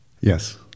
Yes